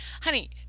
honey